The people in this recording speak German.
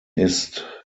ist